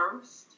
first